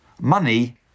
Money